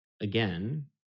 again